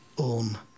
own